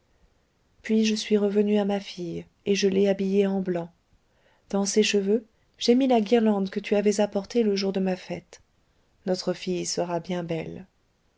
puis je suis revenue à ma fille et je l'ai habillée en blanc dans ses cheveux j'ai mis la guirlande que tu avais apportée le jour de ma fête notre fille sera bien belle